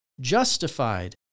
justified